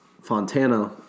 Fontana